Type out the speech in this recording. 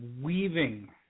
weaving